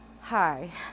hi